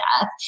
death